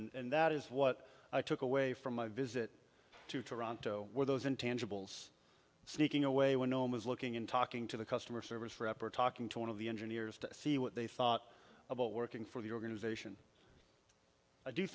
and that is what i took away from my visit to toronto where those intangibles sneaking away when no means looking in talking to the customer service rep or talking to one of the engineers to see what they thought about working for the organization i do